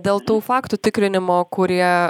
dėl tų faktų tikrinimo kurie